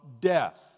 death